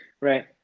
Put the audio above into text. right